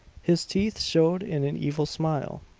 his teeth showed in an evil smile.